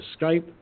Skype